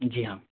जी हाँ